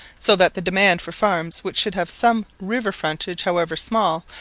so that the demand for farms which should have some river frontage, however small,